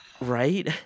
Right